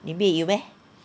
里面有 meh